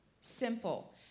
Simple